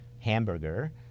hamburger